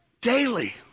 Daily